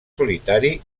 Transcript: solitari